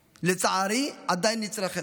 לצערי, עדיין נצרכת.